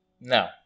No